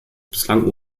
bislang